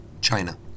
China